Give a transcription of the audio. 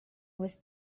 was